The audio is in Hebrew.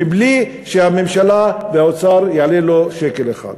מבלי שלממשלה ולאוצר זה יעלה שקל אחד,